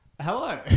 Hello